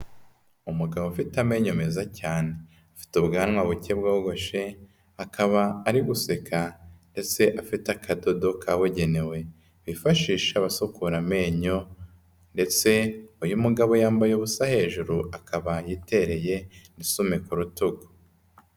Umugabo ufite amenyo meza cyane. Afite ubwanwa buke, bwogoshe, akaba ari guseka, ndetse afite akadodo kabugenewe, bifashisha abasokura amenyo ndetse uyu mugabo yambaye ubusa hejuru, akaba yitereye n'isume ku rutugu.